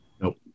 Nope